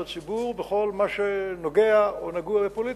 חוסר אמון ממדרגה ראשונה של הציבור בכל מה שנוגע או נגוע בפוליטיקה.